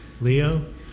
Leo